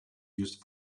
used